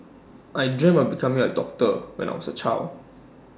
I dreamt of becoming A doctor when I was A child